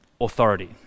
authority